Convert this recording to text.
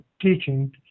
teaching